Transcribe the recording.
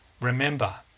Remember